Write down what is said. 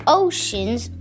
oceans